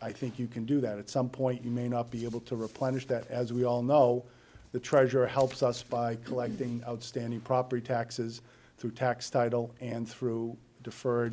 i think you can do that at some point you may not be able to replenish that as we all know the treasurer helps us by collecting outstanding property taxes through tax title and through deferred